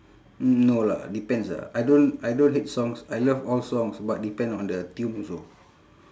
no lah depends ah I don't I don't hate songs I love all songs but depend on the tune also